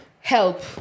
Help